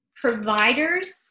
providers